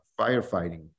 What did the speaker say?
firefighting